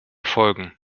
folgen